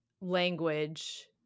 language